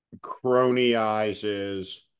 cronyizes